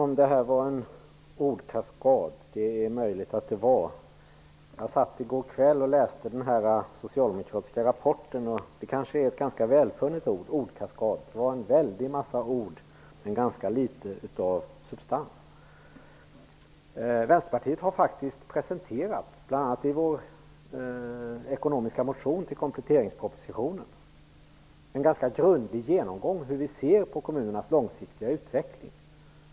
Herr talman! Det är möjligt att det var en ordkaskad. I går kväll läste jag den socialdemokratiska rapporten. Ordkaskad kanske är ett ganska välfunnet ord. Det var en väldig mängd ord men ganska litet substans. Vänsterpartiet har faktiskt presenterat en grundlig genomgång av hur vi ser på kommunernas långsiktiga utveckling, bl.a. i vår ekonomiska motion i samband med kompletteringspropositionen.